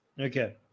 Okay